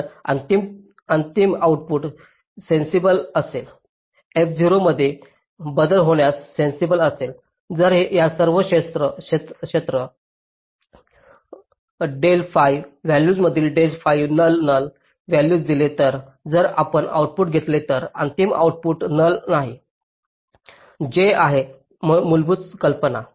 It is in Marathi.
तर अंतिम आउटपुट सेन्सिबल असेल f0 मध्ये बदल होण्यास सेन्सिबल असेल जर या सर्व डेल fi व्हॅल्यूज मधील del fi null null values दिले तर जर तुम्ही आउटपुट घेतले तर अंतिम आउटपुट नल नाही हे आहे मूलभूत कल्पना